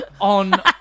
On